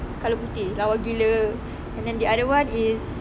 colour putih lawa gila and then the other one is